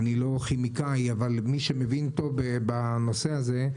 אני לא כימאי אבל מי שמבין טוב בנושא הזה,